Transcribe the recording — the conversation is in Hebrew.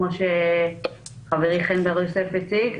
כמו שחברי חן בר יוסף הציג.